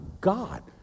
God